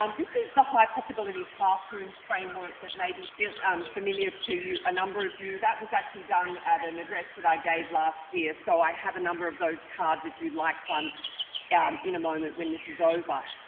um this is the high possibility classrooms framework that maybe um familiar to a number of you, that was actually done at an address that i gave last year so i have a number of those cards if you'd like one yeah um in a moment when this is over.